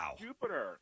Jupiter